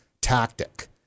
tactic